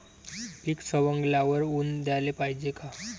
पीक सवंगल्यावर ऊन द्याले पायजे का?